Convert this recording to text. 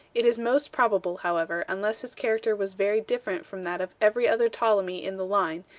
it is most probable, however, unless his character was very different from that of every other ptolemy in the line,